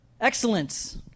Excellence